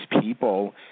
people